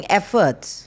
efforts